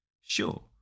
Sure